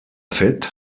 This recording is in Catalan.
fet